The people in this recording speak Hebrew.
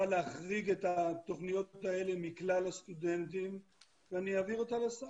להחריג את התוכניות האלה מכלל הסטודנטים ואני אעביר אותה לשר.